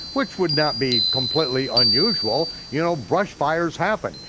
which would not be completely unusual. you know, brush fires happen,